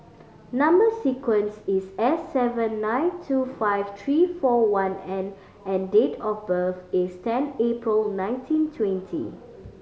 number sequence is S seven nine two five three four one N and date of birth is ten April nineteen twenty